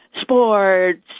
sports